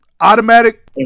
automatic